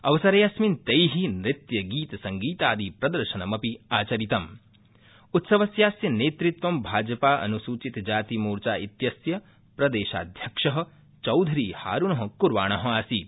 अवसरेऽस्मिन् तै नृत्यगीतसंगीतादि प्रदर्शनमपि आचरितम् उत्सवस्यास्य नेतृत्वं भाजपा अनुसुचित जाति मोर्चा इत्यस्य प्रदेशाध्यक्ष चौधरी हारुन कुर्वाण आसीत